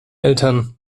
eltern